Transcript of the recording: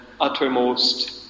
uttermost